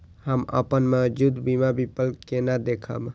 हम अपन मौजूद बीमा विकल्प के केना देखब?